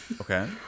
Okay